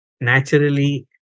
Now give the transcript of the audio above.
naturally